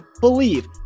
BELIEVE